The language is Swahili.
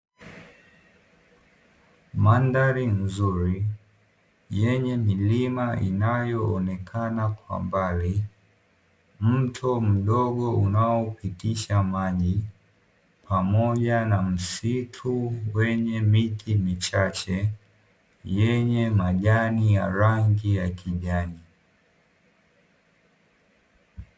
Mandhari nzuri yenye milima inayoonekana kwa mbali, mto mdogo unaopitisha maji pamoja na msitu wenye miti michache yenye majani ya rangi ya kijani.